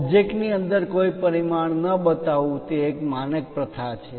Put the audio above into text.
object ની અંદર કોઈ પરિમાણ ન બતાવવું એ એક માનક પ્રથા છે